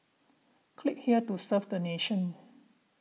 click here to serve the nation